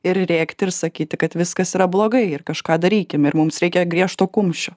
ir rėkt ir sakyti kad viskas yra blogai ir kažką darykim ir mums reikia griežto kumščio